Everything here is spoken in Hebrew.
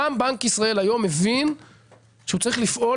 גם בנק ישראל היום מבין שהוא צריך לפעול